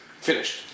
finished